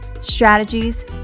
strategies